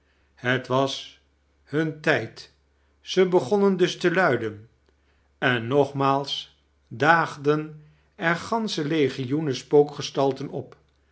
het was hun tijd ze begonnen dus te luiden en nogmaals daagden er gansche legioenen spookgestalten op